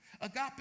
Agape